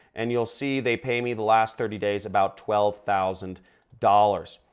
and you'll see they pay me the last thirty days about twelve thousand dollars,